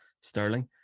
sterling